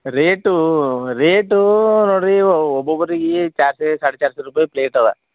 ರೇಟೂ rate ನೋಡ್ರಿ ವ ಒಬ್ರೊಬ್ಬರಿಗೆ plate ಅದ